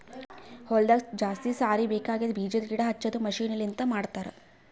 ಹೊಲದಾಗ ಜಾಸ್ತಿ ಸಾರಿ ಬೇಕಾಗದ್ ಬೀಜದ್ ಗಿಡ ಹಚ್ಚದು ಮಷೀನ್ ಲಿಂತ ಮಾಡತರ್